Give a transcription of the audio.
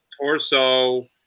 torso